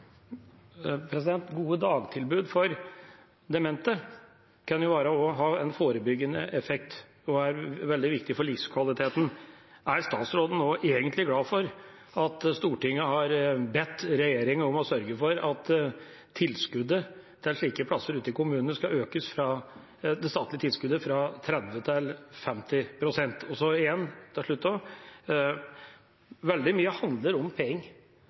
Gode dagtilbud for demente kan ha en forebyggende effekt og er veldig viktig for livskvaliteten. Er statsråden egentlig glad for at Stortinget har bedt regjeringa om å sørge for at det statlige tilskuddet til slike plasser ute i kommunene skal økes fra 30 til 50 pst. Til slutt: Veldig mye handler om penger.